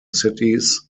cities